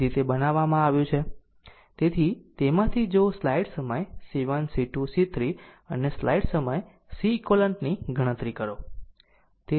તેથી તેમાંથી જો સ્લાઇડ સમય C1 C2 C3 અને સ્લાઈડ સમય Ceq ની ગણતરી કરો